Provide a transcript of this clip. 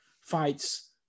fights